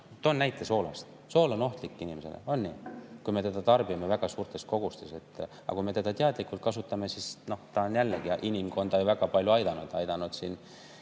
Toon näite soola kohta. Sool on inimesele ohtlik, kui me tarbime seda väga suurtes kogustes. Aga kui me teda teadlikult kasutame, siis ta on jällegi inimkonda väga palju aidanud.